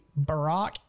Barack